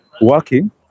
working